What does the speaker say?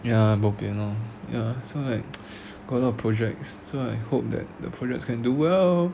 ya bo pian lor ya so like got a lot of projects so I hope that the projects can do well